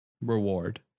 reward